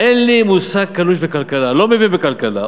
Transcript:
אין לי מושג קלוש בכלכלה, לא מבין בכלכלה.